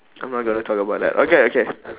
I'm not gonna talk about that okay okay